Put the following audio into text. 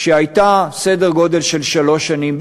שהייתה בסדר גודל של שלוש שנים,